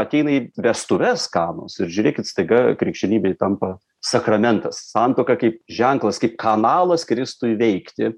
ateina į vestuves skanūs ir žiūrėkit staiga krikščionybėj tampa sakramentas santuoka kaip ženklas kaip kanalas kristui veikti